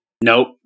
Nope